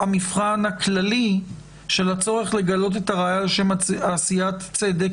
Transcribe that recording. המבחן הכללי שהצורך לגלות את הראיה לשם עשיית צדק,